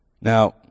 Now